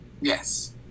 Yes